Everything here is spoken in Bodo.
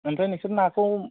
ओमफ्राय नोंसोर नाखौ